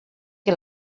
que